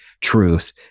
truth